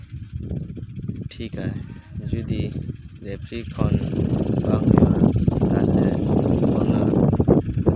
ᱴᱷᱤᱠ ᱟᱭ ᱡᱩᱫᱤ ᱨᱮᱯᱷᱨᱤ ᱠᱷᱚᱱ ᱛᱟᱦᱞᱮ ᱚᱱᱟ